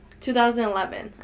2011